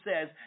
says